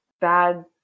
bad